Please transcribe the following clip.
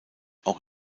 auch